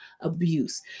abuse